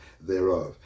thereof